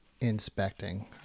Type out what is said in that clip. inspecting